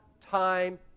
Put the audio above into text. time